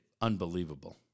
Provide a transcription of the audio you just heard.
unbelievable